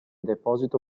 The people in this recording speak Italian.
deposito